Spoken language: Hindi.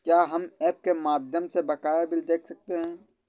क्या हम ऐप के माध्यम से बकाया बिल देख सकते हैं?